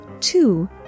two